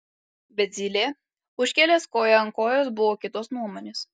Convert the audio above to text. bet zylė užkėlęs koją ant kojos buvo kitos nuomones